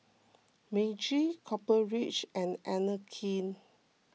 Meiji Copper Ridge and Anne Klein